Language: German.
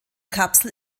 kapsel